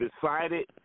decided